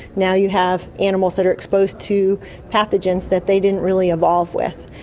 now you have animals that are exposed to pathogens that they didn't really evolve with.